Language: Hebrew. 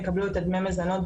יקבלו את הדמי מזונות,